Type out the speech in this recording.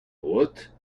what